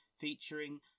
featuring